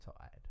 tired